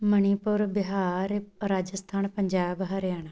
Manipur Bihar Rajasthan Punjab Haryana